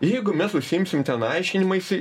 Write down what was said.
jeigu mes užsiimsim ten aiškinimaisi